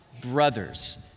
brothers